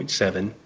and seven,